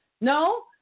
No